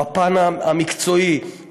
בפן המקצועי,